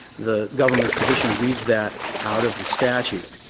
the government's position reads that out of the statute.